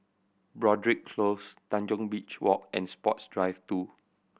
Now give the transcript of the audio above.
Broadrick Close Tanjong Beach Walk and Sports Drive Two